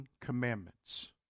commandments